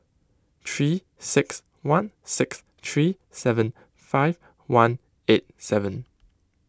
three six one six three seven five one eight seven